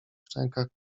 szczękach